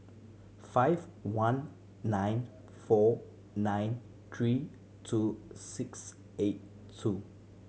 five one nine four nine three two six eight two